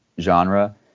genre